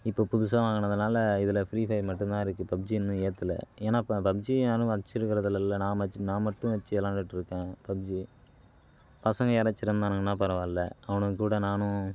இப்போ புதுசாக வாங்கினதுனால இதில் ஃப்ரி ஃபயர் மட்டும் தான் இருக்குது பப்ஜி இன்னும் ஏத்தலை ஏன்னா இப்போ பப்ஜி யாரும் வச்சிருக்குறதில்லல இப்போ நான் மச் நான் மட்டும் வச்சு வெளாண்டுட்டுருக்கன் பப்ஜி பசங்கள் யாராச்சும் இருந்தானுங்கன்னா பரவால்ல அவனுங்க கூட நானும்